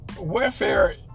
welfare